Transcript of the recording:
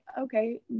okay